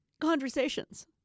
conversations